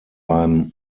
beim